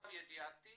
כמיטב ידיעתי